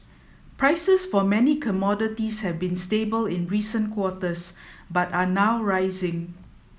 prices for many commodities have been stable in recent quarters but are now rising